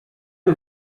que